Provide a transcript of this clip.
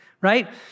Right